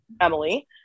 Emily